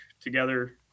together